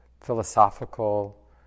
philosophical